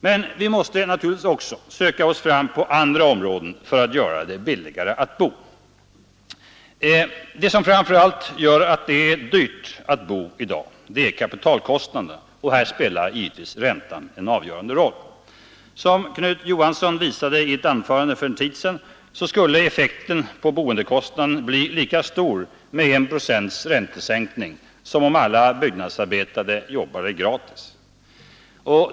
Men vi måste naturligtvis också söka oss fram på andra områden för att göra det billigare att bo. Det som framför allt gör det dyrt att bo i dag är kapitalkostnaderna, och här spelar givetvis räntan en avgörande roll. Som Knut Johansson visade i ett anförande för en tid sedan skulle effekten på boendekostnaden bli lika stor med 1 procents räntesänkning som om alla byggnadsarbetare jobbade gratis.